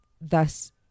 thus